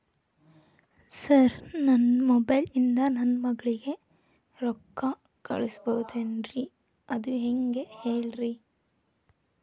sir ನನ್ನ mobile ಇಂದ ನನ್ನ ಮಗಳಿಗೆ ರೊಕ್ಕಾ ಕಳಿಸಬಹುದೇನ್ರಿ ಅದು ಹೆಂಗ್ ಹೇಳ್ರಿ